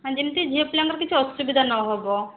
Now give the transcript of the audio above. ହଁ ଯେମିତି ଝିଅ ପିଲାଙ୍କର କିଛି ଅସୁବିଧା ନ ହେବ